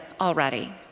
already